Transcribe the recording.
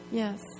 yes